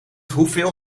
hoeveel